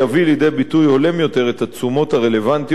התשומות הרלוונטיות לפעילות קופות-החולים.